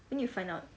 when you find out